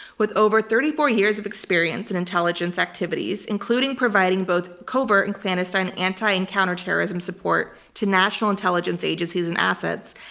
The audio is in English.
with over thirty four years of experience in and intelligence activities, including providing both covert and clandestine anti and counterterrorism support to national intelligence agencies and assets,